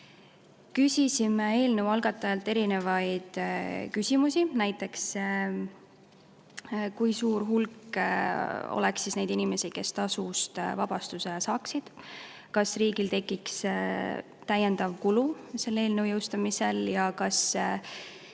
Küsisime eelnõu algatajalt erinevaid küsimusi. Näiteks: kui suur hulk oleks neid inimesi, kes tasust vabastuse saaksid? Kas riigil tekiks täiendav kulu selle eelnõu jõustumisel? Kas